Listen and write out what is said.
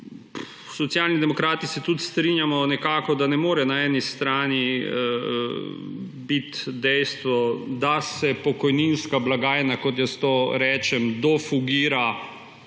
Socialni demokrati se tudi strinjamo, da ne more na eni strani biti dejstvo, da se pokojninska blagajna, kot jaz to rečem, dofugira;